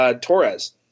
Torres